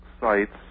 sites